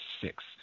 six